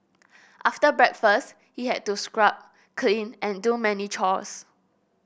after breakfast he had to scrub clean and do many chores